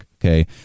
okay